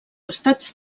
estats